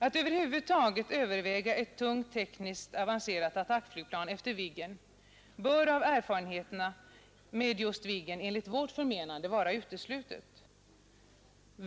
Att över huvud taget överväga ett tungt tekniskt avancerat attackflygplan efter Viggen bör mot bakgrund av erfarenheterna med just Viggen enligt vårt förmenande vara uteslutet.